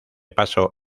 paso